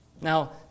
Now